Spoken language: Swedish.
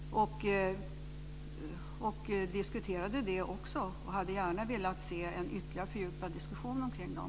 Vi diskuterade också dessa och hade gärna velat se en ytterligare fördjupad diskussion kring dem.